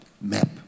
map